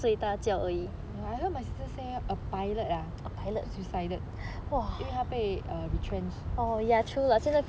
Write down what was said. I heard my sister say a pilot ah a pilot suicided 因为他被 retrenched